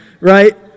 right